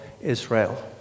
Israel